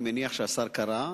אני מניח שהשר קרא,